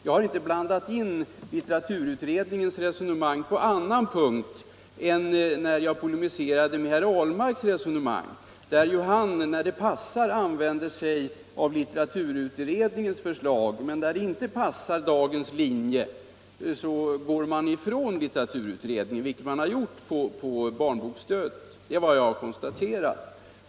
Jag har inte blandat in litteraturutredningens resonemang på annan punkt än när jag polemiserade med herr Ahlmarks resonemang, där ju han när det passar använder sig av litteraturutredningens förslag men när det inte passar dagens linje går ifrån litteraturutredningen — det har han gjort i fråga om barnboksstödet.